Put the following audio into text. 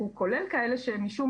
זאת אומרת,